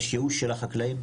יש ייאוש של החקלאים,